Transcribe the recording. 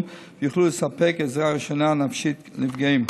ויוכלו לספק עזרה ראשונה נפשית לנפגעים.